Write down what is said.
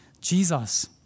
Jesus